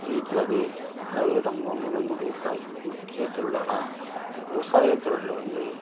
இருக்கிறது எனவே நம்முடைய கலாச்சார முக்கிய தொழிலான விவசாய தொழிலில் வந்து